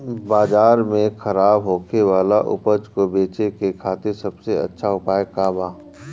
बाजार में खराब होखे वाला उपज को बेचे के खातिर सबसे अच्छा उपाय का बा?